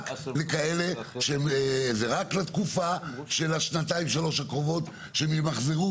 רק לתקופה של השנתיים-שלוש הקרובות שהם ימחזרו,